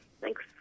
Thanks